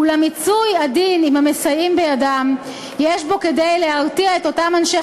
אולם מיצוי הדין עם המסייעים בידם יש בו כדי להרתיע את אותם אנשי